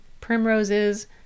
primroses